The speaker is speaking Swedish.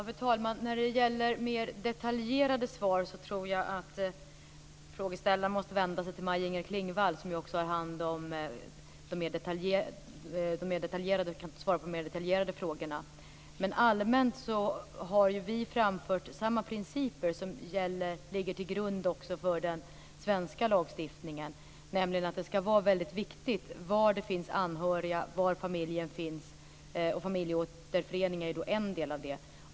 Fru talman! När det gäller mer detaljerade svar tror jag att frågeställaren måste vända sig till Maj Inger Klingvall, som också har hand om och kan svara på de mer detaljerade frågorna. Men allmänt har vi framfört samma principer som också ligger till grund för den svenska lagstiftningen, nämligen att det ska vara väldigt viktigt var det finns anhöriga, var familjen finns. Familjeåterförening är en del av det.